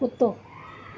कुतो